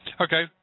Okay